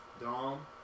Dom